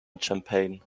champaign